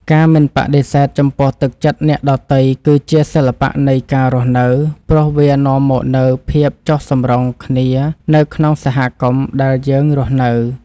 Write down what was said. ការមិនបដិសេធចំពោះទឹកចិត្តអ្នកដទៃ គឺជាសិល្បៈនៃការរស់នៅ ព្រោះវានាំមកនូវភាពចុះសម្រុងគ្នានៅក្នុងសហគមន៍ដែលយើងរស់នៅ។